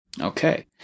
Okay